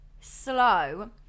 Slow